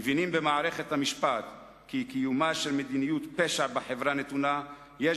מבינים במערכת המשפט כי קיומה של מדיניות פשע בחברה נתונה יש